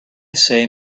say